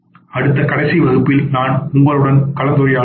அடுத்த மற்றும்கடைசி வகுப்பில்நான் மீண்டும் உங்களுடன் கலந்துரையாடுவேன்